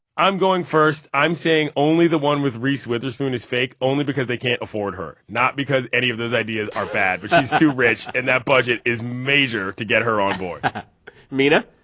i'm going first. i'm saying only the one with reese witherspoon is fake only because they can't afford her, not because any of those ideas are bad but she's too rich, and that budget is major to get her on board mina?